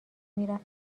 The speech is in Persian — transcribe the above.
میرفت